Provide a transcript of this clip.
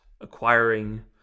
acquiring